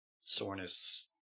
soreness